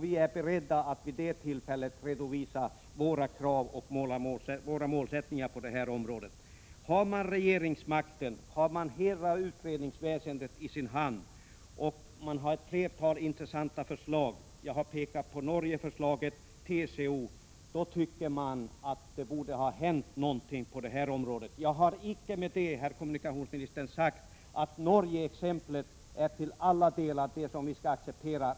Vi är beredda att vid det tillfället redovisa våra krav och målsättningar på detta område. Om man innehar regeringsmakten har man hela utredningsväsendet i sin hand. Det finns ett flertal intressanta förslag. Jag har pekat på Norgeförslaget och TCO:s förslag. Man tycker att det borde ha hänt någonting på detta område. Jag har med detta icke, herr kommunikationsminister, sagt att exemplet med Norge är det vi skall acceptera till alla delar.